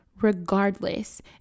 regardless